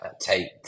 take